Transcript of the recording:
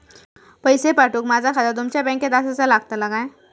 पैसे पाठुक माझा खाता तुमच्या बँकेत आसाचा लागताला काय?